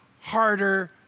harder